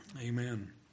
Amen